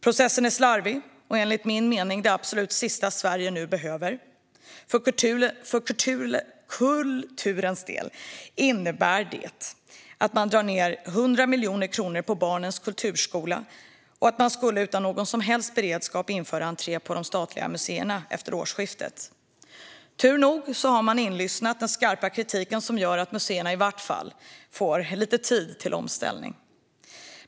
Processen är slarvig och enligt min mening det absolut sista Sverige nu behöver. För kulturens del innebär det att man drar ned 100 miljoner kronor på barnens kulturskola och att man utan någon som helst beredskap skulle införa entré på de statliga museerna efter årsskiftet. Turligt nog har man lyssnat på den skarpa kritiken, vilket gör att museerna i vart fall får lite tid till omställning.